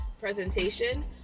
presentation